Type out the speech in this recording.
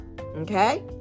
Okay